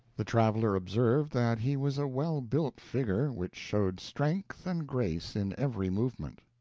the traveler observed that he was a well-built figure which showed strength and grace in every movement.